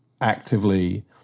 actively